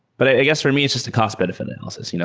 but i guess for me it's just the cost benefit analysis. you know